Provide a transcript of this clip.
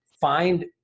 Find